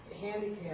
handicap